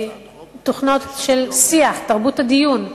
תוכניות של שיח, תרבות הדיון,